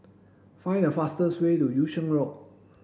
find the fastest way to Yung Sheng Road